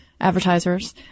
advertisers